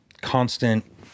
constant